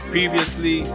Previously